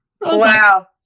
wow